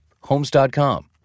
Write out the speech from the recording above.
Homes.com